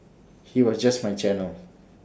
he was just my channel